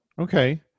Okay